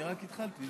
אני רק התחלתי.